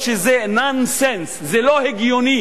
אפילו שזה "נונסנס" זה לא הגיוני,